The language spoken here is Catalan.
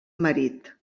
marit